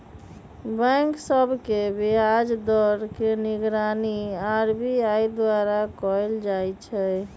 bank सभ के ब्याज दर के निगरानी आर.बी.आई द्वारा कएल जाइ छइ